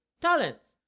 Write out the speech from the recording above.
talents